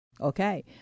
Okay